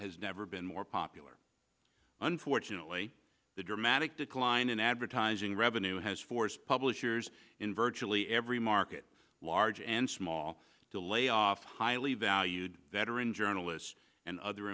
has never been more popular unfortunately the dramatic decline in advertising revenue has forced publishers in virtually every market large and small to lay off highly valued veteran journalists and other